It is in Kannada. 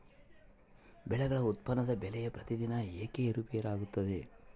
ಬೆಳೆಗಳ ಉತ್ಪನ್ನದ ಬೆಲೆಯು ಪ್ರತಿದಿನ ಏಕೆ ಏರುಪೇರು ಆಗುತ್ತದೆ?